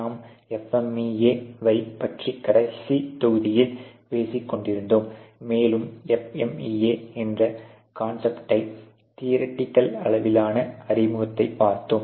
நாம் FMEA வை பற்றி கடைசி தொகுதியில் பேசிக்கொண்டிருந்தோம் மேலும் FMEA என்ற கான்சப்ட்டை தியரிடிக்கள் அளவிலானா அறிமுகத்தை பார்த்தோம்